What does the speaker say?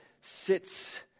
sits